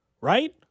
right